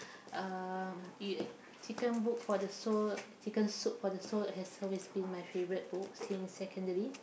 uh y~ chicken book for the soul chicken soup for the soul has always been my favourite book since secondary